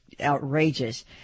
outrageous